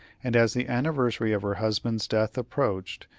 and as the anniversary of her husband's death approached,